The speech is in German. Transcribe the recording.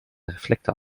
reflektor